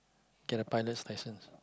get a pilot's license